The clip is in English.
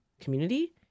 community